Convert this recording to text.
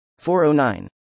409